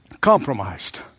compromised